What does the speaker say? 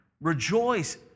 rejoice